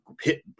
hit